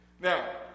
Now